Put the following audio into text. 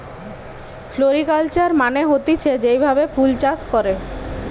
floriculture মানে হতিছে যেই ভাবে ফুল চাষ করে